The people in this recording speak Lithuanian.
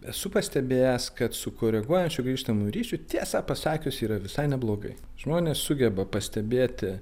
esu pastebėjęs kad su koreguojančiu grįžtamuoju ryšiu tiesą pasakius yra visai neblogai žmonės sugeba pastebėti